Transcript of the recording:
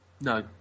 No